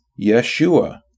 Yeshua